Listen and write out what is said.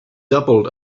doubled